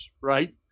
right